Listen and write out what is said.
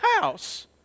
house